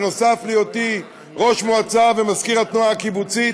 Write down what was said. בנוסף להיותי ראש מועצה ומזכיר התנועה הקיבוצית,